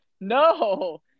no